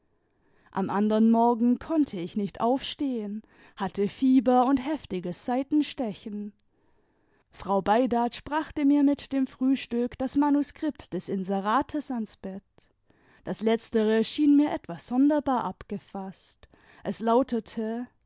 am andern morgen konnte ich nicht aufstehen hatte fieber und heftiges seitenstechen frau beidatsch brachte mir mit dem frühstück das manuskript des inserates ans bett das letztere schien mir etwas sonderbar abgefaßt es lautete